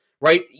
Right